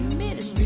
Ministry